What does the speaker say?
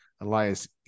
Elias